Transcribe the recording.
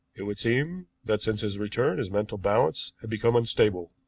it would seem that since his return his mental balance had become unstable.